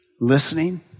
listening